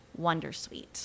wondersuite